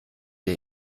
der